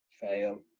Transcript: fail